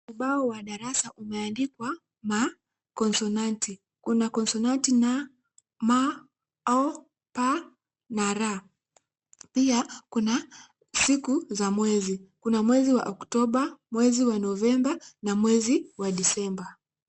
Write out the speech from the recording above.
Ubao wa darasa umeandikwa makonsonanti. Kuna konsonanti; N, M, O, P na R. Pia kuna siku za mwezi, kuna mwezi wa Oktoba, mwezi wa Novemba na mwezi wa Disemba.